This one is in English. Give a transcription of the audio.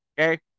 Okay